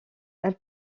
elle